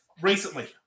Recently